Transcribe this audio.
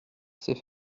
c’est